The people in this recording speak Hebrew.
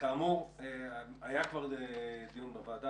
כאמור, היה כבר דיון בוועדה.